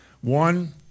One